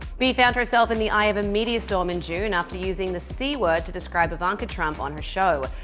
bee found herself in the eye of a media storm in june after using the c-word to describe ivanka trump on her show.